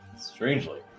Strangely